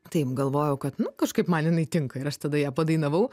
taip galvojau kad nu kažkaip man jinai tinka ir aš tada ją padainavau